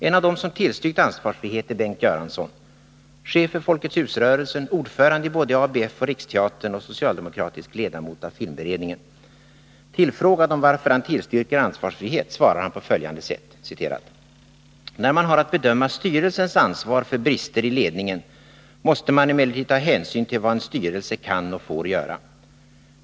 En av dem som tillstyrkte ansvarsfrihet är Bengt Göransson, chef för Folkets hus-rörelsen, ordföranden i både ABF och Riksteatern och socialdemokratisk ledamot av filmberedningen. Tillfrågad om varför han tillstyrker ansvarsfrihet svarar han på följande sätt: ”När man har att bedöma styrelsens ansvar för brister i ledningen måste man emellertid ta hänsyn till vad en styrelse kan och får göra.